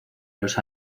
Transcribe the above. los